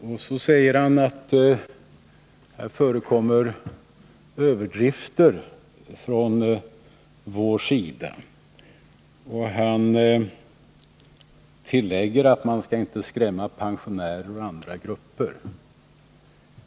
Allan Åkerlind säger att det förekommer överdrifter från vår sida, och han tillägger att man inte skall skrämma pensionärer och andra grupper.